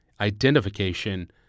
identification